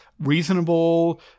reasonable